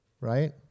right